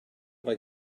mae